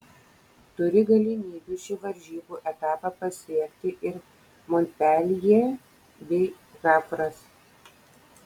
turi galimybių šį varžybų etapą pasiekti ir monpeljė bei havras